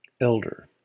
Elder